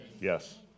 Yes